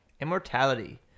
immortality